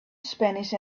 spanish